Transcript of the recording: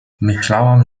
myślałam